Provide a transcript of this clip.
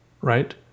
right